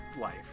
Life